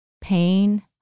pain